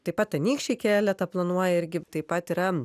taip pat anykščiai keletą planuoja irgi taip pat yra